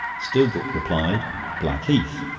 stillbrook replied blackheath,